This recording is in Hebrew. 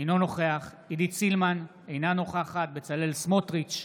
אינו נוכח עידית סילמן, אינה נוכחת בצלאל סמוטריץ'